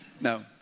No